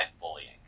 bullying